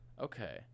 Okay